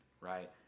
right